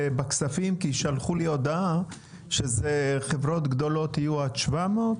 כי שלחו לי הודעה שחברות גדולות יהיו עד 700?